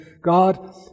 God